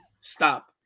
stop